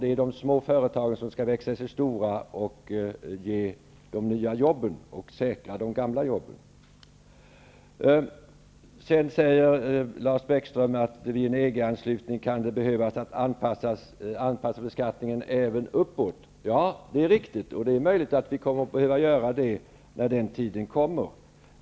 Det är de små företagen som skall växa sig större och ge nya jobb och säkra de gamla jobben. Lars Bäckström säger att det vid en EG-anslutning kan behövas anpassa beskattningen även uppåt. Ja, det är riktigt. Det är möjligt att vi kommer att behöva göra det när den tiden kommer.